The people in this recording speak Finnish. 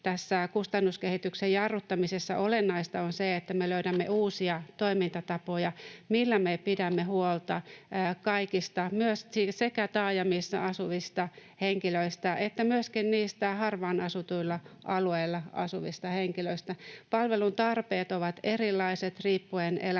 kustannuskehityksen jarruttamisessa olennaista on se, että me löydämme uusia toimintatapoja, millä me pidämme huolta kaikista, sekä taajamissa asuvista henkilöistä että myöskin harvaan asutuilla alueilla asuvista henkilöistä. Palveluntarpeet ovat erilaiset riippuen elämäntilanteesta.